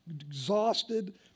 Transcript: exhausted